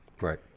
right